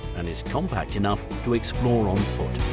and is compact enough to explore on foot.